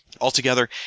Altogether